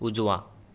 उजवा